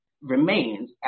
remains